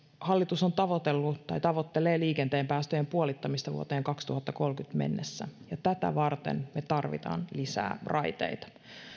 hallitus on tavoitellut tai tavoittelee liikenteen päästöjen puolittamista vuoteen kaksituhattakolmekymmentä mennessä ja tätä varten me tarvitsemme lisää raiteita